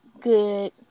good